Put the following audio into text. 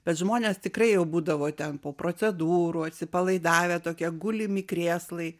bet žmonės tikrai jau būdavo ten po procedūrų atsipalaidavę tokie gulimi krėslai